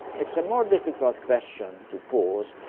it's a more difficult question to pose.